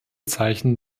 zeichen